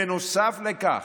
נוסף לכך,